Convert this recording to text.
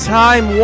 time